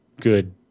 good